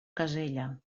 casella